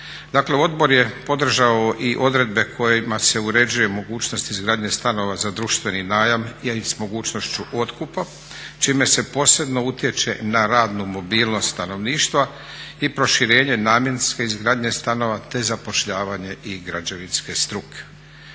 odbor je podržao i odredbe kojima se uređuje mogućnost izgradnje stanova za društveni najam s mogućnošću otkupa čime se posebno utječe na radnu mobilnost stanovništva i proširenje namjenske izgradnje stanova te zapošljavanje i građevinske struke.